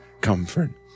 comfort